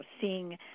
seeing